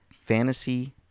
fantasy